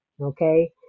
Okay